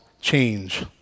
change